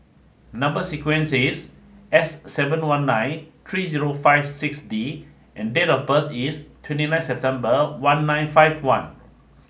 number sequence is S seven one nine three zero five six D and date of birth is twenty nine September one nine five one